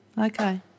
Okay